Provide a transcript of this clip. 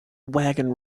wagon